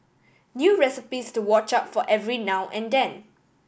new recipes to watch out for every now and then